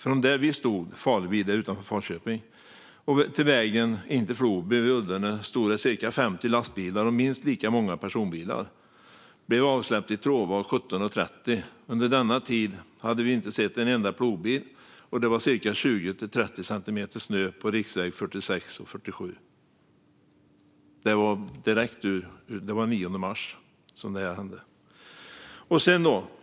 Från där vi stod - Falevi utanför Falköping - till vägen in till Floby vid Ullene stod det cirka 50 lastbilar och minst lika många personbilar. Blev avsläppt i Tråvad 17.30. Under denna tid hade vi inte sett en enda plogbil, och det var 20-30 centimeter snö på riksväg 46 och 47. Detta hände den 9 mars.